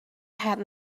had